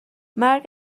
مرگ